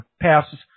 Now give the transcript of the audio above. passes